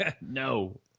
No